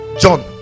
john